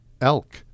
Elk